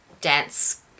dance